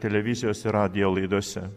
televizijos ir radijo laidose